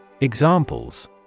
Examples